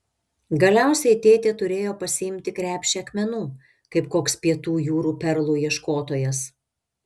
galiausiai tėtė turėjo pasiimti krepšį akmenų kaip koks pietų jūrų perlų ieškotojas